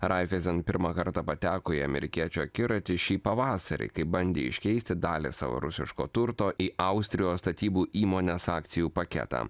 raifezen pirmą kartą pateko į amerikiečių akiratį šį pavasarį kai bandė iškeisti dalį savo rusiško turto į austrijos statybų įmonės akcijų paketą